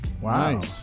Wow